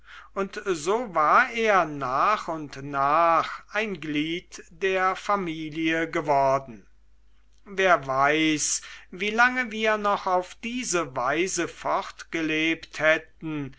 und so war er nach und nach ein glied der familie geworden wer weiß wie lange wir noch auf diese weise fortgelebt hätten